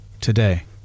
today